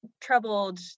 troubled